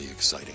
exciting